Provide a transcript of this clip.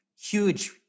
huge